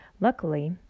Luckily